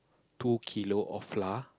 two kilo of flour